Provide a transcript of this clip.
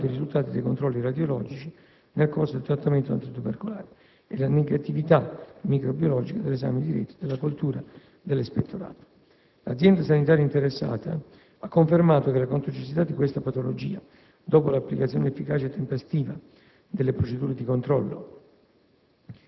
valutando i risultati dei controlli radiologici nel corso del trattamento antitubercolare e la negatività microbiologica dell'esame diretto e della coltura dell'espettorato. L'azienda sanitaria interessata ha confermato che la contagiosità di questa patologia, dopo l'applicazione efficace e tempestiva delle procedure di controllo